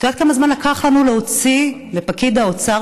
את יודעת כמה זמן לקח לנו להוציא מפקיד האוצר